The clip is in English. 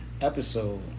episode